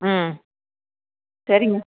ம் சரிங்கள்